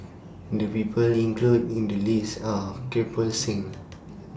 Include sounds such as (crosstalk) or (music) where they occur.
The People included in The list Are Kirpal Singh (noise)